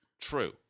True